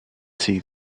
see